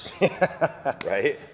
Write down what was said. right